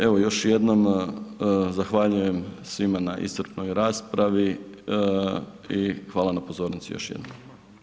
Evo, još jednom zahvaljujem svima na iscrpnoj raspravi i hvala na pozornosti još jednom.